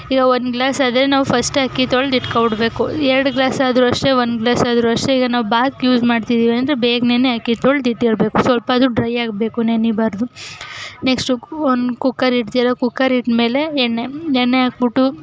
ಈಗ ಒಂದು ಗ್ಲಾಸ್ ಆದರೆ ನಾವು ಫಸ್ಟೇ ಅಕ್ಕಿ ತೊಳೆದಿಟ್ಕೋ ಬಿಡಬೇಕು ಎರಡು ಗ್ಲಾಸ್ ಆದ್ರೂ ಅಷ್ಟೇ ಒಂದು ಗ್ಲಾಸ್ ಆದ್ರೂ ಅಷ್ಟೇ ಈಗ ನಾವು ಬಾತಿಗೆ ಯೂಸ್ ಮಾಡ್ತಿದ್ದೀವಿ ಅಂದರೆ ಬೇಗನೇ ಅಕ್ಕಿ ತೊಳ್ದಿಟ್ಟಿರಬೇಕು ಸ್ವಲ್ಪ ಆದ್ರೂ ಡ್ರೈ ಆಗಬೇಕು ನೆನಿಬಾರದು ನೆಕ್ಸ್ಟು ಒಂದು ಕುಕ್ಕರ್ ಇಡ್ತೀರ ಕುಕ್ಕರ್ ಇಟ್ಟಮೇಲೆ ಎಣ್ಣೆ ಎಣ್ಣೆ ಹಾಕ್ಬಿಟ್ಟು